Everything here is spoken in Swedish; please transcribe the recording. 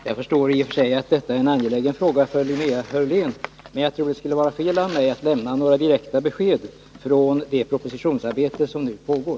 Herr talman! Jag förstår i och för sig att detta är en angelägen fråga för Linnea Hörlén. Men jag tror att det skulle vara fel av mig att lämna några direkta besked beträffande det propositionsarbete som nu pågår.